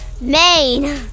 Maine